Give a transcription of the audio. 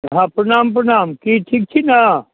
हँ प्रणाम प्रणाम की ठीक छी ने